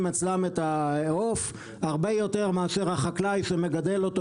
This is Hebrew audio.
אצלם את העוף הרבה יותר מאשר החקלאי שמגדל אותו,